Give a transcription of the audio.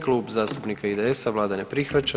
Klub zastupnika IDS-a, vlada ne prihvaća.